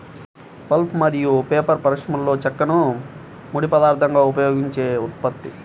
pulp మరియు paper పరిశ్రమలోచెక్కను ముడి పదార్థంగా ఉపయోగించే ఉత్పత్తి